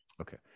Okay